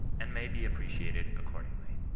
and may be appreciated accordingly.